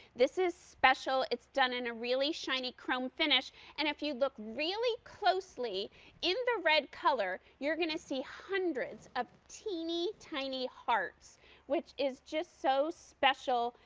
this is special, it's done in a really shiny chrome finish and if you look really closely in the red color you are going to see hundreds of teeny tiny hearts which is just so special,